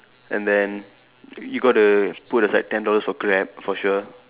and then you got to put aside ten dollars for Grab for sure